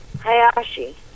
Hayashi